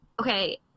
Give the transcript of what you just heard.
okay